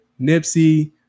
nipsey